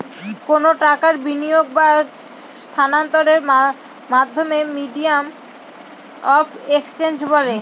কোনো টাকার বিনিয়োগ বা স্থানান্তরের মাধ্যমকে মিডিয়াম অফ এক্সচেঞ্জ বলে